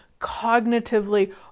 cognitively